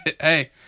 hey